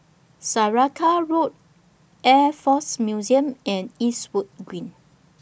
Saraca Road Air Force Museum and Eastwood Green